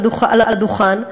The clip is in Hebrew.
מעל הדוכן,